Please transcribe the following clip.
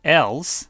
else